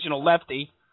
lefty